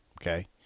okay